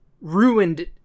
ruined